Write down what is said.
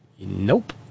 Nope